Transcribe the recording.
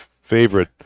favorite